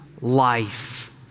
life